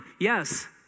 yes